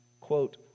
quote